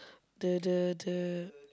the the the